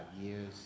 years